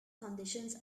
conditions